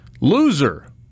Loser